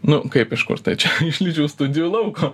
nu kaip iš kur tai čia iš lyčių studijų lauko